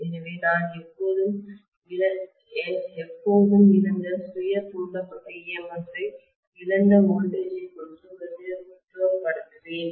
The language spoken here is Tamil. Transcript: எனவே நான் எப்போதும் இழந்த சுய தூண்டப்பட்ட EMF ஐ இழந்த வோல்டேஜ் ஐ கொண்டு பிரதிநிதித்துவப்படுத்துவேன்